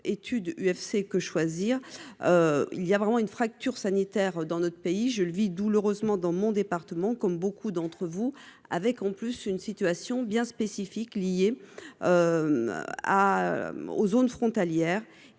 étude UFC-Que Choisir, il y a vraiment une fracture sanitaire dans notre pays. Je le vis douloureusement chez moi, comme beaucoup d'entre vous, mais avec, en plus, une situation bien spécifique liée au caractère frontalier